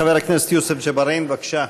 חבר הכנסת יוסף ג'בארין, בבקשה.